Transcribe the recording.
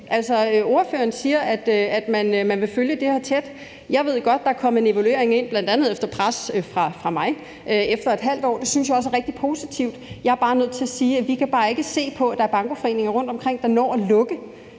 ordføreren siger, at man vil følge det her tæt. Jeg ved godt, at der kom en evaluering ind, bl.a. efter pres fra mig, efter ½ år, og det synes jeg også er rigtig positivt. Jeg er bare nødt til at sige, at vi ikke kan se på, at der er bankoforeninger rundtomkring, der når at lukke